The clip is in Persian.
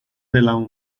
دلم